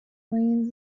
brains